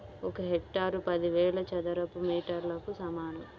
ఒక హెక్టారు పదివేల చదరపు మీటర్లకు సమానం